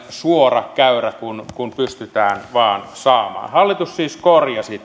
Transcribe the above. suora käyrä kuin pystytään vain saamaan hallitus siis korjasi